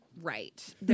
right